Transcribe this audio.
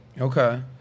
Okay